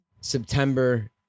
September